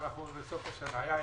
יש